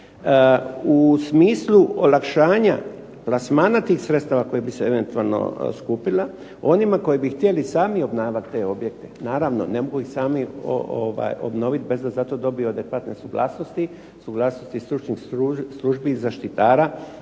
U smislu olakšanja plasmana tih sredstava koje bi se eventualno skupila, onima koji bi htjeli sami obnavljati te objekte, naravno ne mogu ih sami obnoviti bez da za to dobiju adekvatne suglasnosti, suglasnosti stručnih službi i zaštitara